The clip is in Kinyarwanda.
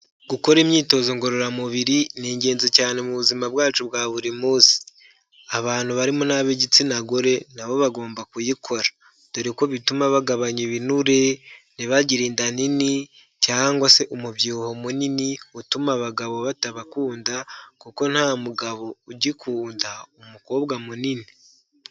Dukora imyitozo ngororamubiri ni ingenzi cyane mu buzima bwacu bwa buri munsi, abantu barimo nab'igitsina gore nabo bagomba kuyikora, dore ko bituma bagabanya ibinure ntibagire inda nini cyangwa se umubyibuho munini utuma abagabo batabakunda, kuko nta mugabo ugikunda umukobwa munini.